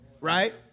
right